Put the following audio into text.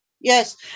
Yes